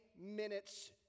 minutes